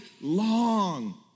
long